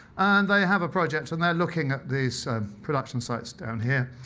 and they have a project, and they're looking at these production sites down here.